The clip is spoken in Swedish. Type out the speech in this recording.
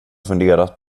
funderat